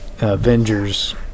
avengers